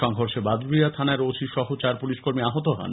সংঘর্ষে বাদুড়িয়া থানার ওসি সহ চার পুলিশ কর্মী আহত হন